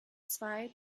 zwei